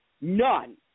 None